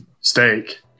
steak